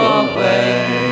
away